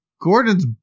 Gordon's